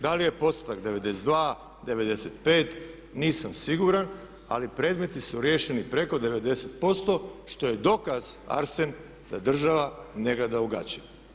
Da li je postotak 92, 95, nisam siguran ali predmeti su riješeni preko 90% što je dokaz Arsen da država ne gleda u gaće.